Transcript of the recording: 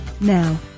Now